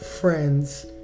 friends